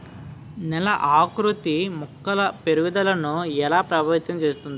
నేల ఆకృతి మొక్కల పెరుగుదలను ఎలా ప్రభావితం చేస్తుంది?